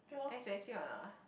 expensive or not ah